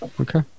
Okay